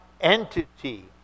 entity